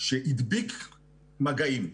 שהדביק מגעים.